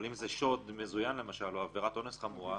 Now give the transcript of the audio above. אבל אם זה שוד מזוין או עבירת אונס חמורה,